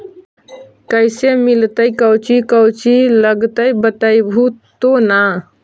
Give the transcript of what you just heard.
कैसे मिलतय कौची कौची लगतय बतैबहू तो न?